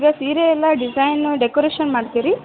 ಈಗ ಸೀರೆ ಎಲ್ಲ ಡಿಸೈನೂ ಡೆಕೋರೇಷನ್ ಮಾಡ್ತಿರಿ